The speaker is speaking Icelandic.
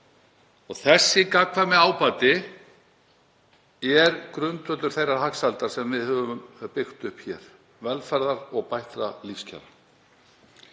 Þessi gagnkvæmi ábati er grundvöllur þeirrar hagsældar sem við höfum byggt upp, velferðar og bættra lífskjara.